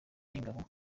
y’ingabo